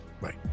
Right